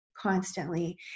constantly